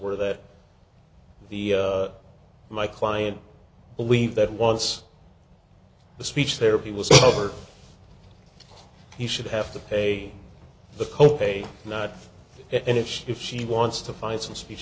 were that the my client believe that once the speech therapy was over he should have to pay the co pay not end if she if she wants to fight and speech